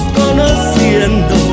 conociendo